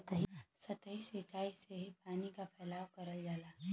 सतही सिचाई से ही पानी क फैलाव करल जाला